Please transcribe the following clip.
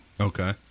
Okay